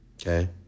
Okay